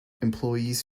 employees